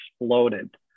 exploded